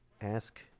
Ask